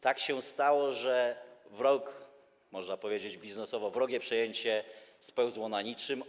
Tak się stało, że w ciągu roku, można powiedzieć, biznesowo wrogie przejęcie spełzło na niczym.